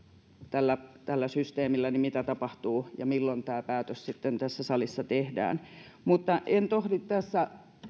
tällä tällä systeemillä mitä tapahtuu ja milloin tämä päätös sitten tässä salissa tehdään en tohdi tässä